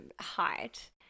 height